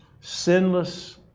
sinless